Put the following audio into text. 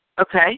Okay